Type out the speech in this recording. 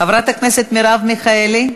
חברת הכנסת מרב מיכאלי,